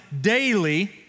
daily